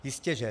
Jistěže.